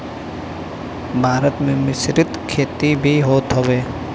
भारत में मिश्रित खेती भी होत हवे